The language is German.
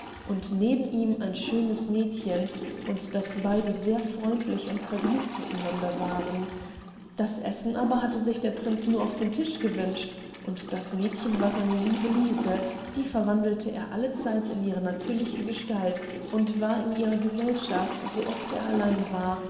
und neben ihm ein schönes mädchen und daß beide sehr freundlich und vergnügt miteinander waren das essen aber hatte sich der prinz nur auf den tisch gewünscht und das mädchen war seine liebe lise die verwandelte er allezeit in ihre natürliche gestalt und war in ihrer gesellschaft so oft er allein war